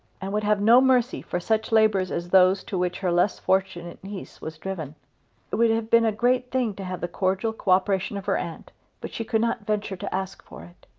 and would have no mercy for such labours as those to which her less fortunate niece was driven. it would have been a great thing to have the cordial co-operation of her aunt but she could not venture to ask for it.